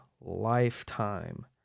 lifetime